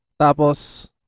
Tapos